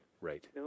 Right